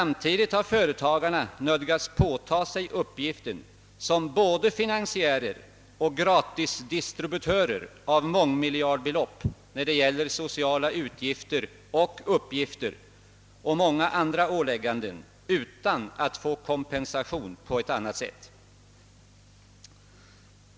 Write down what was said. Samtidigt har företagarna nödgats påtaga sig uppgiften att vara både finansiärer och gratisdistributörer av mångmiljardbelopp när det gäller sociala utgifter och uppgifter och många andra ålägganden utan att på något sätt få kompensation.